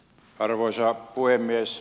arvoisa puhemies